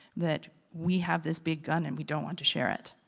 that we have this big gun and we don't want to share it.